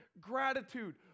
Gratitude